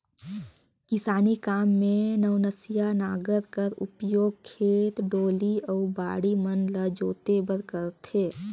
किसानी काम मे नवनसिया नांगर कर उपियोग खेत, डोली अउ बाड़ी मन ल जोते बर करथे